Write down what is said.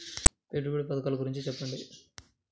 పెట్టుబడి పథకాల గురించి చెప్పండి?